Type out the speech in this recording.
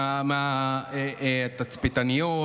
מהתצפיתניות,